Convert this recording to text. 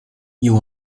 you